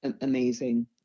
amazing